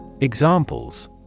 Examples